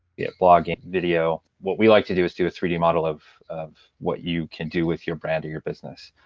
it blogging, video. what we like to do is do a three d model of of what you can do with your brand or your business.